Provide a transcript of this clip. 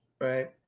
right